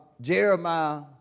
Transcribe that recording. Jeremiah